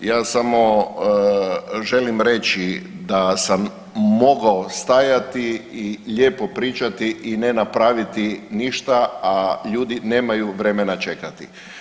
Ja samo želim reći da sam mogao stajati i lijepo pričati i ne napraviti ništa, a ljudi nemaju vremena čekati.